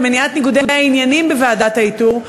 ומניעת ניגודי העניינים בוועדת האיתור,